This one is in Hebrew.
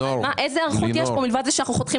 איזו היערכות יש כאן מלבד זה שאנחנו חותכים